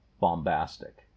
bombastic